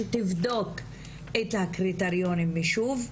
שתבדוק את הקריטריונים שוב.